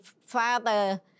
father